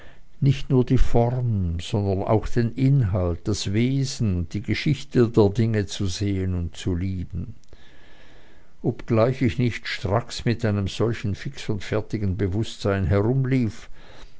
nicht nur die form sondern auch den inhalt das wesen und die geschichte der dinge zu sehen und zu lieben obgleich ich nicht stracks mit einem solchen fix und fertigen bewußtsein herumlief